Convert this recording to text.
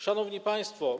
Szanowni Państwo!